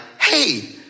hey